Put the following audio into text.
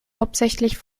hauptsächlich